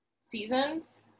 seasons